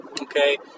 Okay